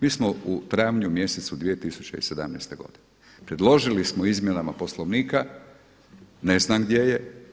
Mi smo u travnju mjesecu 2017. godine, predložili smo izmjenama Poslovnika, ne znam gdje je.